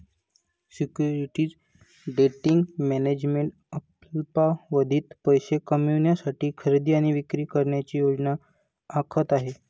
securities trading management अल्पावधीत पैसे कमविण्यासाठी खरेदी आणि विक्री करण्याची योजना आखत आहे